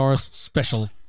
special